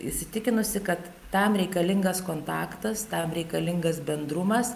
įsitikinusi kad tam reikalingas kontaktas tam reikalingas bendrumas